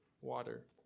water